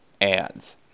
Ads